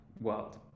world